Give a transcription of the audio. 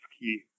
key